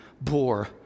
bore